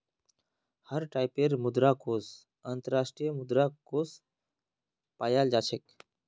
हर टाइपेर मुद्रा कोष अन्तर्राष्ट्रीय मुद्रा कोष पायाल जा छेक